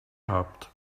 habt